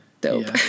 Dope